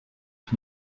ich